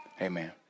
Amen